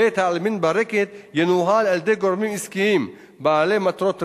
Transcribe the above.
בית-העלמין ברקת ינוהל על-ידי גורמים עסקיים בעלי מטרות רווח,